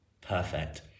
perfect